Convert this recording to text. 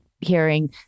hearing